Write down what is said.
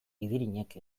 idirinek